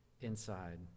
inside